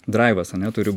draivas ane turi